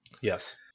yes